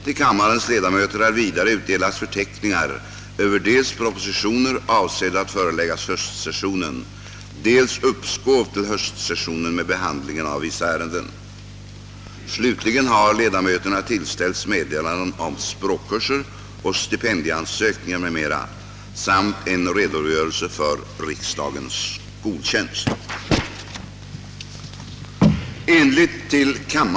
Till kammarens ledamöter har vidare utdelats förteckningar över dels propositioner avsedda att föreläggas höstsessionen, dels uppskov till höstsessionen med behandlingen av vissa ärenden. Slutligen har ledamöterna tillställts meddelanden om språkkurser och stipendieansökningar m.m. samt en redogörelse för riksdagens skoltjänst. Undertecknad hemställer, på grund av offentligt uppdrag såsom medlem av Sveriges delegation vid Förenta Nationerna, om ledighet från riksdagsgöromålen under tiden 17—20 oktober 1967.